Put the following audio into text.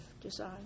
design